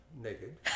naked